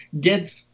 get